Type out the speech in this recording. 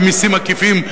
ומסים עקיפים,